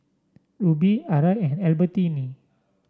Rubi Arai and Albertini